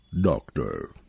Doctor